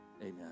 Amen